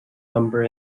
number